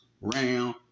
round